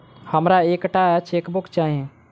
हमरा एक टा चेकबुक चाहि